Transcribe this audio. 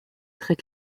très